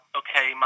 okay